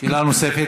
שאלה נוספת.